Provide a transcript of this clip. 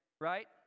right